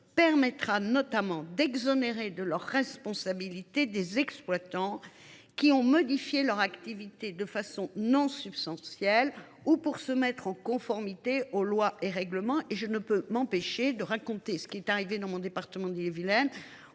permettra notamment d’exonérer de leur responsabilité des exploitants qui ont modifié leur activité de façon non substantielle ou pour se mettre en conformité avec les lois et règlements. Je ne puis m’empêcher, mes chers collègues, de vous raconter ce qui est arrivé dans mon département d’Ille et Vilaine,